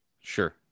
Sure